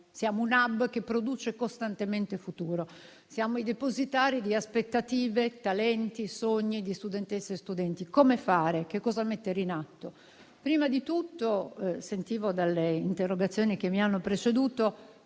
siamo un *hub* che produce costantemente futuro; siamo i depositari di aspettative, talenti, sogni di studentesse e studenti. Come fare, cosa mettere in atto? Prima di tutto, nelle interrogazioni che mi hanno preceduto